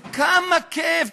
אבל כמה כאב,